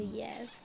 yes